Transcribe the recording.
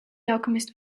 alchemist